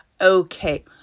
Okay